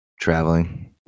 traveling